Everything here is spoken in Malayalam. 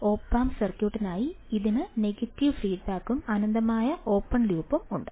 Op amp സർക്യൂട്ടിനായി ഇതിന് നെഗറ്റീവ് ഫീഡ്ബാക്കും അനന്തമായ ഓപ്പൺ ലൂപ്പും ഉണ്ട്